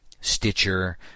Stitcher